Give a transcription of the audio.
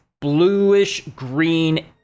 bluish-green